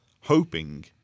hoping